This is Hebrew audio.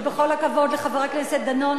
ובכל הכבוד לחבר הכנסת דנון,